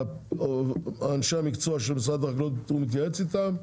אז אנשי המקצוע של משרד החקלאות יוכלו להתייעץ איתם,